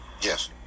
yes